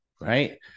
right